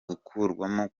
gukurwamo